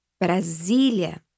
Brasília